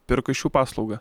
perka iš jų paslaugą